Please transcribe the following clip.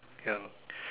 ya